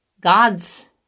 God's